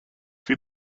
feed